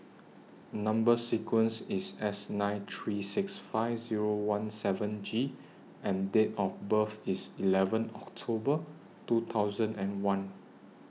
Number sequence IS S nine three six five Zero one seven G and Date of birth IS eleven October two thousand and one